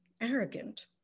arrogant